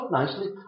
nicely